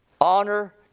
Honor